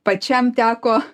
pačiam teko